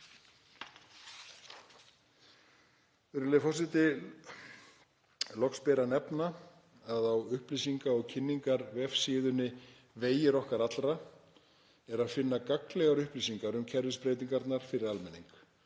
Virðulegi forseti. Loks ber að nefna að á upplýsinga- og kynningarvefsíðunni ,Vegir okkar allra er að finna gagnlegar upplýsingar um kerfisbreytingarnar fyrir almenning.